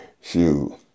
Shoot